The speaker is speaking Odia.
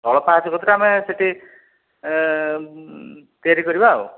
ତଳ ପାହାଚରେ କତି ରେ ଆମେ ସେହିଠି ତିଆରି କରିବା ଆଉ